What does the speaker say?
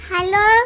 Hello